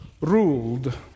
ruled